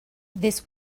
this